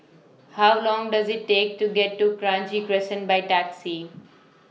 How Long Does IT Take to get to Kranji Crescent By Taxi